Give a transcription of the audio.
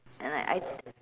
and like I